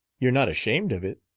you're not ashamed of it?